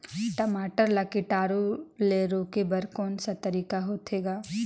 टमाटर ला कीटाणु ले रोके बर को तरीका होथे ग?